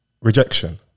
Rejection